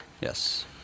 yes